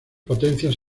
potencias